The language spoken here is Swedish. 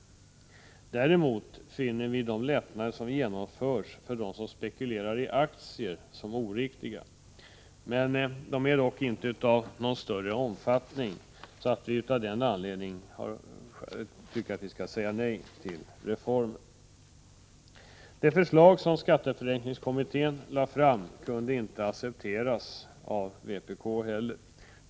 Däremot finner vi de lättnader som genomförs för dem som spekulerar i aktier oriktiga. De är dock inte av sådan omfattning att vi av den anledningen säger nej till reformen. Det förslag som skatteförenklingskommittén lade fram kunde inte accepteras av vpk.